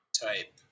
type